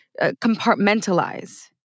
compartmentalize